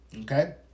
okay